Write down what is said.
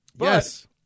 Yes